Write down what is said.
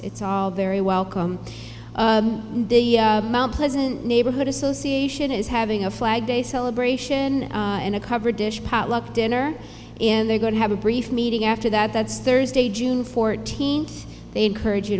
it's all very welcome mt pleasant neighborhood association is having a flag day celebration in a covered dish potluck dinner and they're going to have a brief meeting after that that's thursday june fourteenth they encourage you